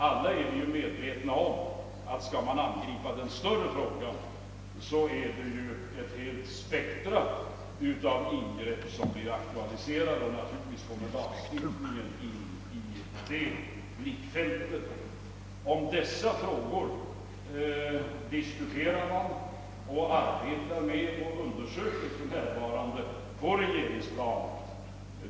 Alla är vi medvetna om att skall man angripa den större frågan blir ett helt spektrum av ingrepp aktualiserat och naturligtvis kommer lagstiftningen då in i blickfältet. På regeringsplanet diskuterar och undersöker vi dessa frågor.